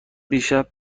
دیشب